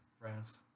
France